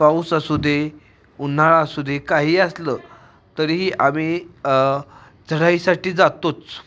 पाऊस असू दे उन्हाळा असू दे काहीही असलं तरीही आम्ही चढाईसाठी जातोच